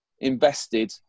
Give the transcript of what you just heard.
invested